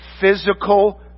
physical